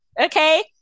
Okay